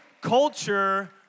Culture